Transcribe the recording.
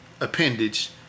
appendage